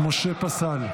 משה פסל.